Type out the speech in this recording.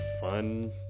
fun